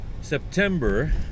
September